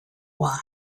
why